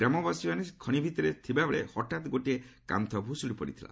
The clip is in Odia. ଗ୍ରାମାବାସୀମାନେ ଖଣି ଭିତରେ ଥିବାବେଳେ ହଠାତ୍ ଗୋଟିଏ କାନ୍ଥ ଭୁଶ୍ରୁଡି ପଡିଥିଲା